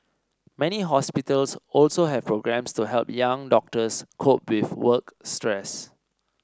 many hospitals also have programmes to help young doctors cope with work stress